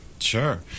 Sure